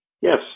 Yes